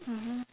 mmhmm